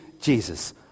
Jesus